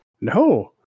No